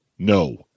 No